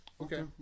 Okay